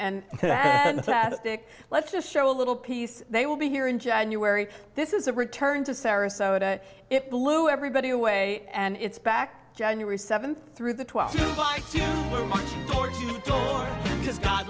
have and plastic let's just show a little piece they will be here in january this is a return to sarasota it blew everybody away and it's back january seventh through the twel